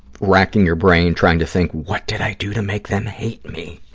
wracking your brain, trying to think, what did i do to make them hate me?